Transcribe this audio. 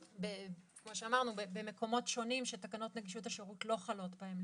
כמו שאמרנו במקומות שונים שתקנות נגישות השירות לא חלות בהם.